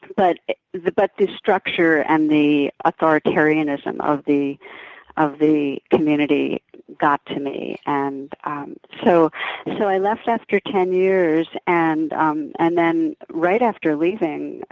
but the but the structure and the authoritarianism of the of the community got to me and so so i left after ten years. and um and then right after leaving,